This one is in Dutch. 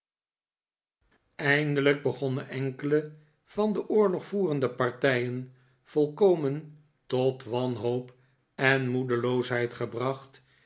eindelijk begonnen enkele van de oorlogvoerende partijen volkomen tot wanhoop en moedeloosheid gebracht